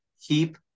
keep